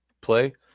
play